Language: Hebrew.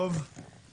בוקר טוב.